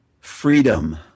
Freedom